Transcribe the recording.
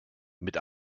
mit